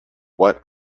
what